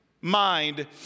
mind